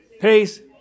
peace